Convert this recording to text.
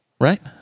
right